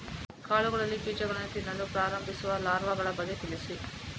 ಕಾಳುಗಳಲ್ಲಿ ಬೀಜಗಳನ್ನು ತಿನ್ನಲು ಪ್ರಾರಂಭಿಸುವ ಲಾರ್ವಗಳ ಬಗ್ಗೆ ತಿಳಿಸಿ?